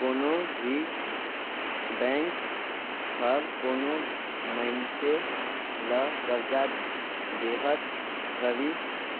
कोनो भी बेंक हर कोनो मइनसे ल करजा देहत घरी